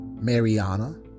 Mariana